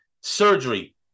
surgery